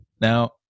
Now